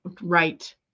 right